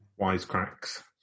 Wisecracks